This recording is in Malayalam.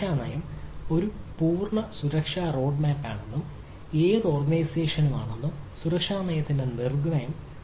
സുരക്ഷാ നയം ഒരു പൂർണ്ണ സുരക്ഷാ റോഡ്മാപ്പാണെന്നും ഏത് ഓർഗനൈസേഷനും ആണെന്നും സുരക്ഷാ നയത്തിന്റെ നിർണ്ണയം